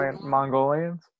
Mongolians